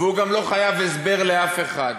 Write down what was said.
והוא גם לא חייב הסבר לאף אחד,